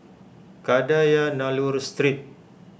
Kadayanallur Street